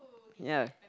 ya